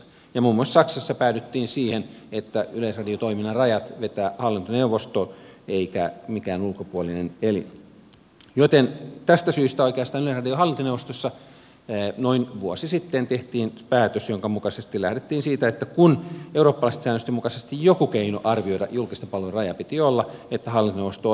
muun muassa saksassa päädyttiin siihen että yleisradiotoiminnan rajat vetää hallintoneuvosto eikä mikään ulkopuolinen elin joten tästä syystä oikeastaan yleisradion hallintoneuvostossa noin vuosi sitten tehtiin päätös jonka mukaisesti lähdettiin siitä että kun eurooppalaisten säännösten mukaisesti joku keino arvioida julkisten palvelujen raja piti olla niin hallintoneuvosto otti tuon tehtävän